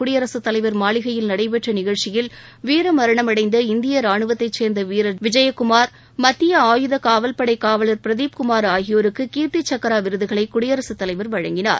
குடியரசுத் தலைவர் மாளிகையில் நடைபெற்ற நிகழ்ச்சியில் வீர மரணம் அடைந்த இந்திய ரானுவத்தை சேர்ந்த வீரர் விஜயகுமார் மத்திய ஆயுத காவல்படை காவலர் பிரதீப்குமார் ஆகியோருக்கு மரணத்திற்கு பின்னர் கீர்த்தி சக்ரா விருதுகளை குடியரசுத் தலைவர் வழங்கினார்